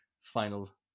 final